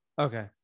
Okay